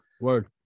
Word